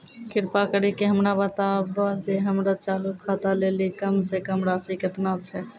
कृपा करि के हमरा बताबो जे हमरो चालू खाता लेली कम से कम राशि केतना छै?